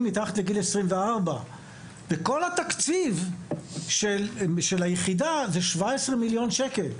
מתחת לגיל 24. כל התקציב של היחידה זה 17 מיליון שקל.